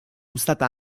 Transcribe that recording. uzata